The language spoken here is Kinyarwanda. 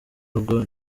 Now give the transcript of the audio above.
rugo